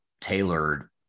tailored